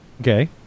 Okay